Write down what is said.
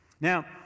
Now